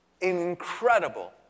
incredible